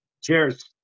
Cheers